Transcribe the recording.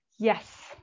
yes